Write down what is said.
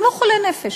הם לא חולי נפש.